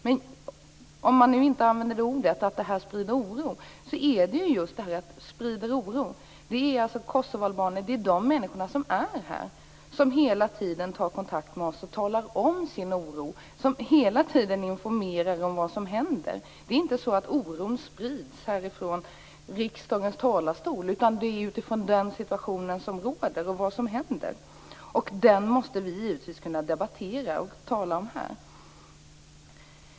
Men om man nu inte använder det ordet utan talar om att sprida oro, så är det de kosovoalbaner som är här i Sverige som hela tiden tar kontakt med oss och talar om sin oro. Det är de som hela tiden informerar om det som händer. Det är inte så att oron sprids här från riksdagens talarstol, utan det sker utifrån den situation som råder och vad som händer. Den situationen måste vi givetvis kunna debattera och tala om här.